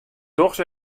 dochs